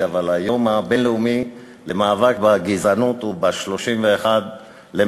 את זה אבל היום הבין-לאומי למאבק בגזענות הוא ב-31 במרס,